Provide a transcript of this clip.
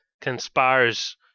conspires